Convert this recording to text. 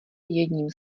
jedním